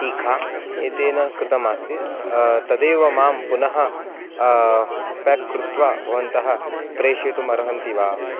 टीखा एतेन कृतमासीत् तदेव मां पुनः पेक् कृत्वा भवन्तः प्रेषयितुमर्हन्ति वा